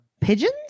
pigeons